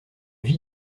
vit